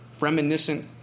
reminiscent